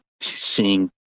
seeing